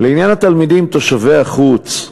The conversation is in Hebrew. לעניין התלמידים תושבי החוץ: